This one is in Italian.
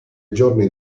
giorni